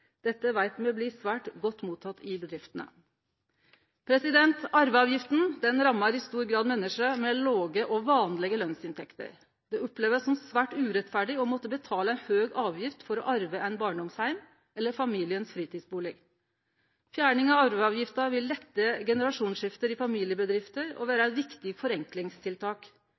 Dette veit me blir svært godt motteke i bedriftene. Arveavgifta rammar i stor grad menneske med låge og vanlege lønsinntekter. Det opplevast svært urettferdig å måtte betale ei høg avgift for å arve ein barndomsheim eller familien sin fritidsbustad. Fjerning av arveavgifta vil lette generasjonsskifter i familiebedrifter og vere eit viktig forenklingstiltak.